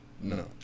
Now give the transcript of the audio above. No